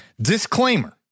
Disclaimer